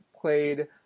played